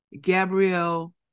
Gabrielle